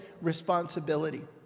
responsibility